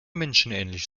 menschenähnlich